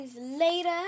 later